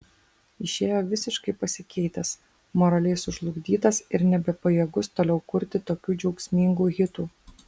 išėjo visiškai pasikeitęs moraliai sužlugdytas ir nebepajėgus toliau kurti tokių džiaugsmingų hitų